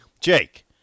Jake